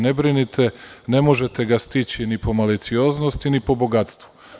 Ne brinite, ne možete ga stići ni po malicioznosti ni po bogatstvu.